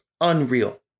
Unreal